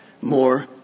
more